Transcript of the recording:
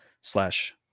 slash